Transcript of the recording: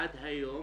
עד היום